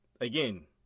again